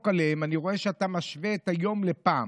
עליהם אני רואה שאתה משווה את היום לפעם.